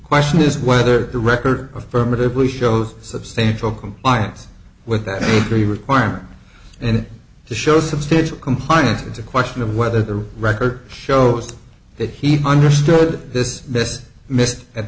question is whether the record affirmatively shows substantial compliance with that very requirement and to show substantial compliance with the question of whether the record shows that he understood